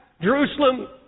Jerusalem